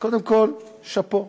קודם כול, שאפו.